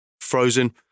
frozen